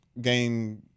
game